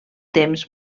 temps